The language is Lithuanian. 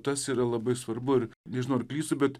tas yra labai svarbu ir nežinau ar klystu bet